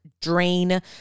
drain